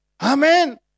Amen